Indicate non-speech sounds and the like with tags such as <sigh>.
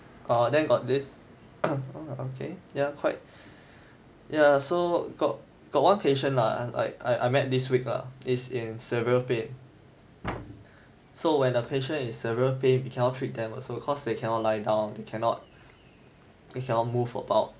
err then got this <noise> okay ya quite ya so got got one patient lah like I I met this week lah is in severe pain so when a patient in severe pain you cannot treat them also cause they cannot lie down they cannot move about